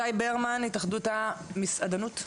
שי ברמן, התאחדות המסעדנות,